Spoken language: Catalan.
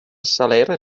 saler